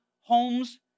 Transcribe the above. homes